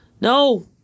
No